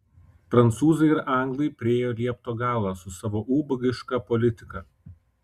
prancūzai ir anglai priėjo liepto galą su savo ubagiška politika